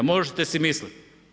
Možete si mislit.